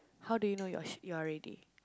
how do you know you're you're ready